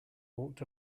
walked